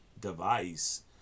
device